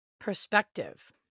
perspective